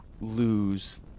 lose